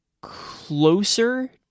closer